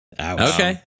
Okay